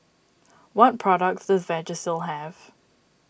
what products does Vagisil have